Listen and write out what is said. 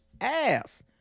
ass